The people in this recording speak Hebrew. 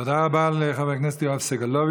תודה רבה לחבר הכנסת יואב סגלוביץ'.